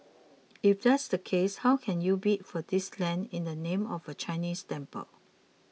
if that's the case how can you bid for this land in the name of a Chinese temple